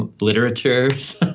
literatures